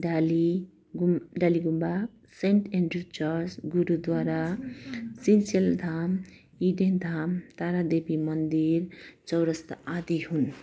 डाली गु डाली गुम्बा saint Andrew church गुरुद्वारा सिन्चेल धाम इडेन धाम तारा देवी मन्दिर चौरस्ता आदि हुन्